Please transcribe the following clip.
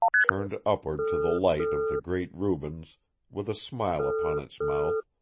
turned upward to the light of the great rubens with a smile upon its mouth,